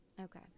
okay